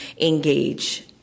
engage